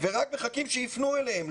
ורק מחכים שיפנו אליהם.